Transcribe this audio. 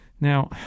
Now